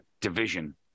division